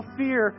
fear